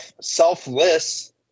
selfless